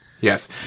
Yes